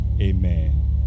Amen